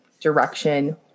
direction